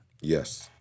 Yes